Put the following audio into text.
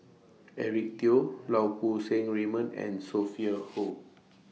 Eric Teo Lau Poo Seng Raymond and Sophia Hull